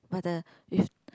but the if